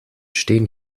stehen